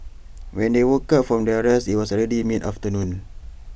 when they woke up from their rest IT was already mid afternoon